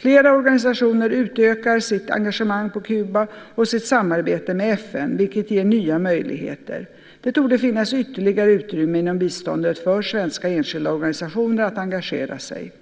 Flera organisationer utökar sitt engagemang på Kuba och sitt samarbete med FN, vilket ger nya möjligheter. Det torde finnas ytterligare utrymme inom biståndet för svenska enskilda organisationer att engagera sig.